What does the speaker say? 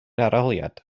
arholiad